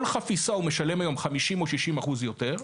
חפיסה הוא משלם היום 50% או 60% יותר.